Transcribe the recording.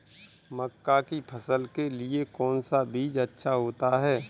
मक्का की फसल के लिए कौन सा बीज अच्छा होता है?